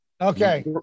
Okay